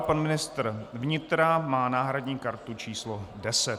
Pan ministr vnitra má náhradní kartu číslo 10.